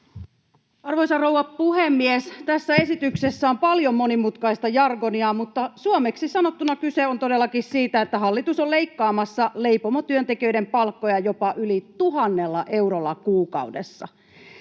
Arvoisa rouva puhemies! Tässä esityksessä on paljon monimutkaista jargonia, mutta suomeksi sanottuna kyse on todellakin siitä, että hallitus on leikkaamassa leipomotyöntekijöiden palkkoja jopa yli tuhannella eurolla kuukaudessa.